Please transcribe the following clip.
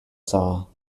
saw